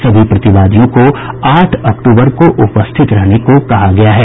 सभी प्रतिवादियों को आठ अक्टूबर को उपस्थित होने को कहा गया है